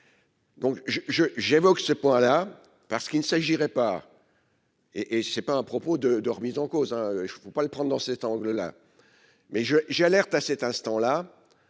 je, j'évoque ce point là parce qu'il ne s'agirait pas. Et, et c'est pas un propos de, de remise en cause, hein, je ne peux pas le prendre dans cet angle-là, mais je j'alerte à cet instant là